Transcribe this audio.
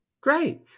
Great